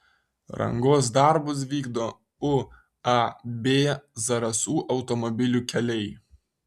rangos darbus vykdo uab zarasų automobilių keliai